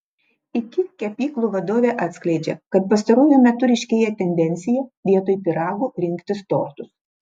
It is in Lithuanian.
iki kepyklų vadovė atskleidžia kad pastaruoju metu ryškėja tendencija vietoj pyragų rinktis tortus